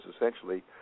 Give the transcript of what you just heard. essentially